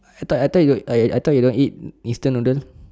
I thought I thought you don't I thought you don't eat instant noodle